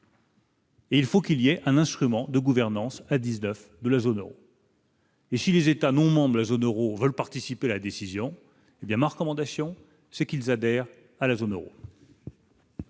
19. Il faut qu'il y ait un instrument de gouvernance à 19 de la zone Euro. Et si les États non membres de la zone Euro veulent participer à la décision, hé bien ma recommandation, c'est qu'ils adhère à la zone Euro.